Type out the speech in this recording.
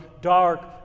dark